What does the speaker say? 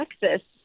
Texas